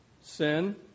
Sin